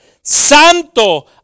santo